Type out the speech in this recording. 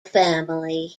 family